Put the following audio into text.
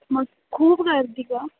मस् खूप गर्दी गं